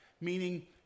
Meaning